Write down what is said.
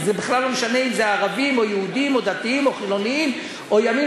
וזה בכלל לא משנה אם הם ערבים או יהודים או דתיים או חילונים או ימין